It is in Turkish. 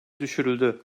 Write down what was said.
düşürüldü